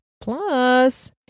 Plus